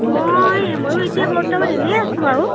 মই ময়ো এতিয়া বৰ্তমান এনেই আছোঁ আৰু